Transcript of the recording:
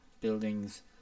buildings